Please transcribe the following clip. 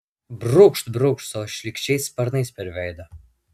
brūkšt brūkšt savo šlykščiais sparnais per veidą